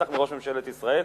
בטח מראש ממשלת ישראל,